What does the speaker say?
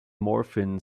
morphine